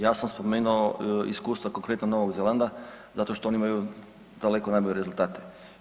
Ja sam spomenuo iskustva konkretno Novog Zelanda zato što oni imaju daleko najbolje rezultate.